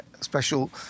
special